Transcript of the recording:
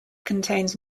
contains